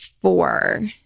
four